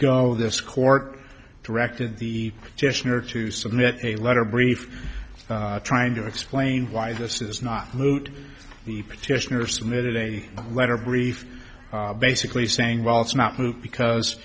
go this court directed the dishware to submit a letter brief trying to explain why this is not moot the petitioner submitted a letter brief basically saying well it's not moot because